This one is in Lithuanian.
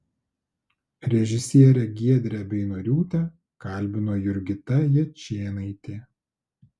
režisierę giedrę beinoriūtę kalbino jurgita jačėnaitė